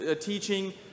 teaching